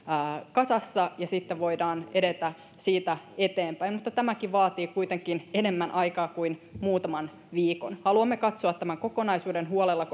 kasassa ja sitten voidaan edetä siitä eteenpäin mutta tämäkin vaatii kuitenkin enemmän aikaa kuin muutaman viikon haluamme katsoa tämän kokonaisuuden huolella